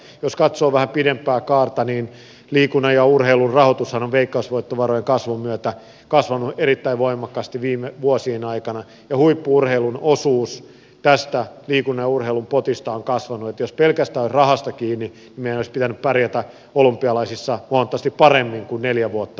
jos katsoo vähän pidempää kaarta niin liikunnan ja urheilun rahoitushan on veikkausvoittovarojen kasvun myötä kasvanut erittäin voimakkaasti viime vuosien aikana ja huippu urheilun osuus tästä liikunnan ja urheilun potista on kasvanut niin että jos pelkästään olisi rahasta kiinni meidän olisi pitänyt pärjätä olympialaisissa huomattavasti paremmin kuin neljä vuotta sitten